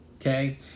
okay